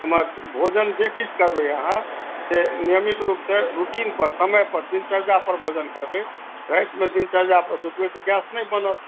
ओना भोजन जे किछु करी अहाँ से नियमित रूप सॅं रूटिन पर समय पर दिनचर्या पर भोजन करबै रातिमे दिनचर्या पर सुतबै तऽ गैस नहि बनत